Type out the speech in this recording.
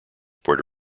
puerto